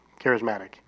charismatic